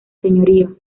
señorío